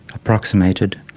approximated,